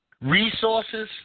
resources